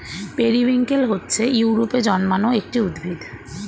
periwinkle হচ্ছে ইউরোপে জন্মানো একটি উদ্ভিদ